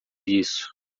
isso